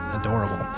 adorable